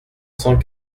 cent